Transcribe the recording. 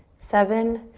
seven,